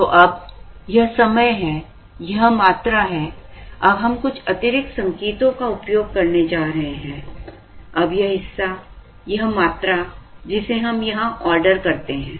तो अब यह समय है यह मात्रा है अब हम कुछ अतिरिक्त संकेतों का उपयोग करने जा रहे हैं अब यह हिस्सा यह मात्रा जिसे हम यहां ऑर्डर करते हैं